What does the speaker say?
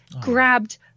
grabbed